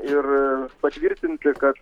ir patvirtinti kad